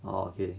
oh okay